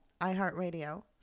iHeartRadio